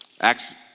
Acts